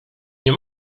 nie